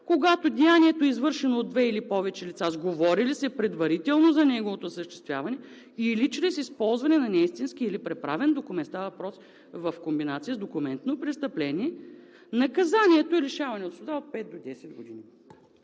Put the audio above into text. когато деянието е извършено от две или повече лица, уговорили се предварително за неговото осъществяване, или чрез използване на неистински или преправен документ“. Става въпрос в комбинация с документно престъпление – наказанието е лишаване от свобода от пет до 10 години.